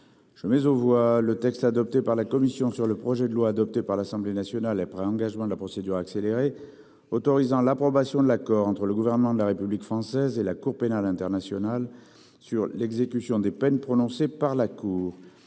Je mais on voit le texte adopté par la commission sur le projet de loi adopté par l'Assemblée nationale, après l'engagement de la procédure accélérée, autorisant l'approbation de l'accord entre le gouvernement de la République française et la Cour pénale internationale sur l'exécution des peines prononcées par la cour,